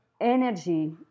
energy